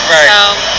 Right